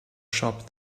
shop